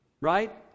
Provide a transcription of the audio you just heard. right